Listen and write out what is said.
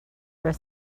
for